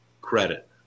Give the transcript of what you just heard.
credit